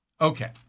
Okay